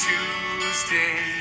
Tuesday